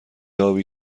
آبی